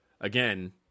again